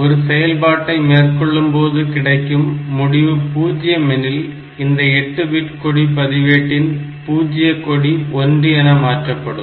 ஒரு செயல்பாட்டை மேற்கொள்ளும்போது கிடைக்கும் முடிவு 0 எனில் இந்த 8 பிட் கொடி பதிவேட்டின் பூஜ்ஜிய கொடி 1 என மாற்றப்படும்